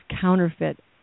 counterfeit